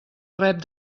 rep